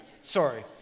Sorry